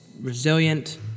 resilient